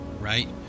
right